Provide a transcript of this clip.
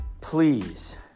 please